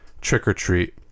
trick-or-treat